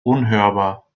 unhörbar